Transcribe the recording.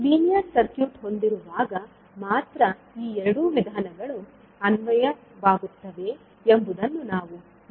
linear circuit ಹೊಂದಿರುವಾಗ ಮಾತ್ರ ಈ ಎರಡು ವಿಧಾನಗಳು ಅನ್ವಯವಾಗುತ್ತವೆ ಎಂಬುದನ್ನು ನಾವು ನೆನಪಿನಲ್ಲಿಡಬೇಕು